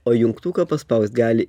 o jungtuką paspaust gali